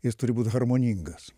jis turi būt harmoningas